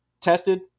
tested